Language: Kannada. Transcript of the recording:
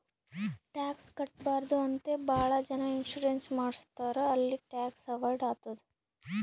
ಟ್ಯಾಕ್ಸ್ ಕಟ್ಬಾರ್ದು ಅಂತೆ ಭಾಳ ಜನ ಇನ್ಸೂರೆನ್ಸ್ ಮಾಡುಸ್ತಾರ್ ಅಲ್ಲಿ ಟ್ಯಾಕ್ಸ್ ಅವೈಡ್ ಆತ್ತುದ್